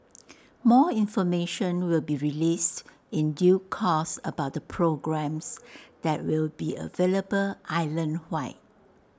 more information will be released in due course about the programmes that will be available island wide